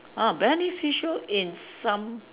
ah beneficial in some